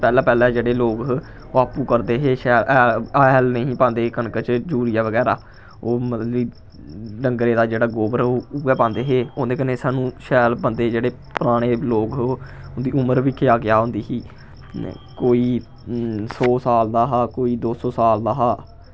पैह्लैं पैह्लैं जेह्ड़े लोग हे ओह् आपूं करदे हे शैल हैल नेईं हे पांदे कनकै च यूरिया बगैरा ओह् मतलब कि डंगरें दा जेह्ड़े गोबर उ'ऐ पांदे हे ओह्दे कन्नै सानू शैल बंदे जेह्ड़े पराने लोग हे उं'दी उमर बा क्या क्या होंदी ही कोई सौ साल दा हा कोई दो सौ साल दा हा